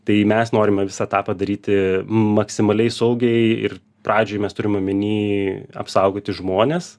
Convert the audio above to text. tai mes norime visą tą padaryti maksimaliai saugiai ir pradžiai mes turim omeny apsaugoti žmones